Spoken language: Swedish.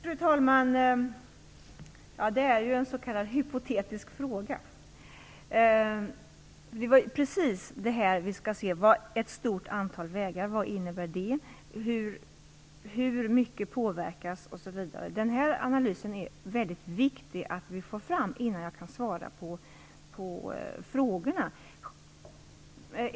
Fru talman! Det är en s.k. hypotetisk fråga. Vi skall se över vad ett stort antal vägar innebär, hur mycket som kommer att påverkas, osv. Det är mycket viktigt att vi får fram den här analysen innan jag svarar på frågorna.